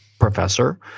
professor